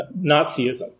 Nazism